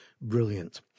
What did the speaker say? brilliant